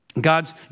God's